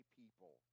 people